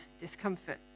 discomfort